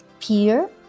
Peer